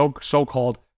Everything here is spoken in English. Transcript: so-called